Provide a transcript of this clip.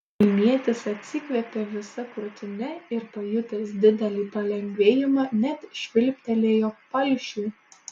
kaimietis atsikvėpė visa krūtine ir pajutęs didelį palengvėjimą net švilptelėjo palšiui